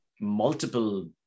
multiple